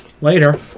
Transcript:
Later